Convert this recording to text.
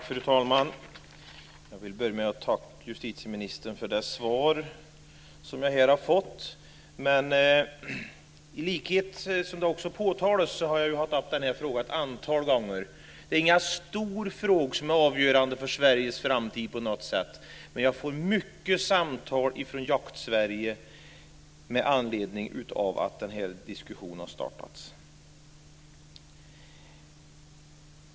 Fru talman! Jag vill börja med att tacka justitieministern för det svar som jag här har fått. Som också påtalas har jag tagit upp den här frågan ett antal gånger. Det är ingen stor fråga som är avgörande för Sveriges framtid på något sätt, men jag får många samtal från Jakt-Sverige med anledning av att den här diskussionen har startats.